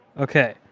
okay